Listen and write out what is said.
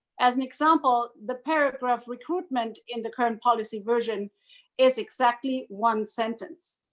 as an example, the paragraph recruitment in the current policy version is exactly one sentence.